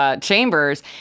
chambers